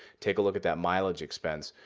take a look at that mileage expense,